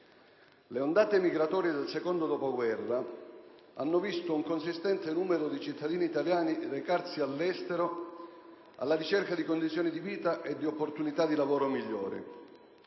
Le ondate migratorie del secondo dopoguerra hanno visto un consistente numero di cittadini italiani recarsi all'estero, alla ricerca di condizioni di vita e di opportunità di lavoro migliori.